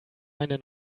meine